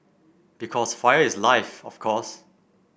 because fire is life of course